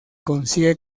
consigue